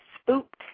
Spooked